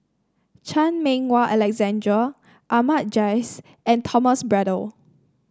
Chan Meng Wah Alexander Ahmad Jais and Thomas Braddell